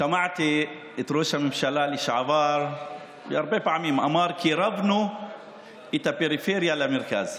ששמעתי את ראש הממשלה לשעבר אומר הרבה פעמים: קירבנו את הפריפריה למרכז.